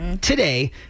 today